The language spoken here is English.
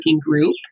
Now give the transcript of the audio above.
group